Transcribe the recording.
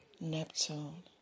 Neptune